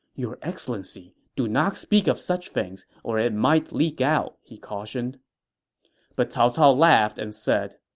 your excellency, do not speak of such things, or it might leak out, he cautioned but cao cao laughed and said,